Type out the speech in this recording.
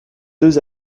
deux